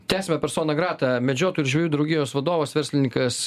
tęsiame persona greta medžiotojų ir žvejų draugijos vadovas verslininkas